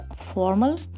formal